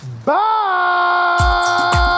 Bye